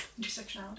Intersectionality